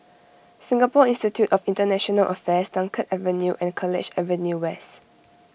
Singapore Institute of International Affairs Dunkirk Avenue and College Avenue West